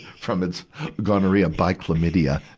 from it's gonorrhea by chlamydia.